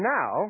now